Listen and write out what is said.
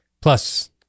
plus